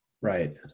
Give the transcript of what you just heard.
Right